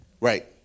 Right